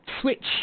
switch